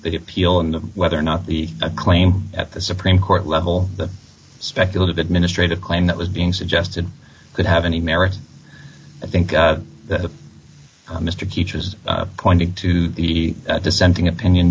that appeal and whether or not the claim at the supreme court level the speculative administrative claim that was being suggested could have any merit i think that mr teacher's pointing to the dissenting opinion